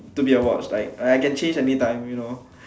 to be a watch like I can change anytime you know